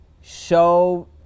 show